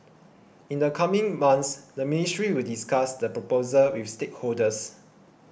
in the coming months the ministry will discuss the proposal with stakeholders